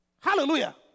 Hallelujah